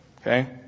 Okay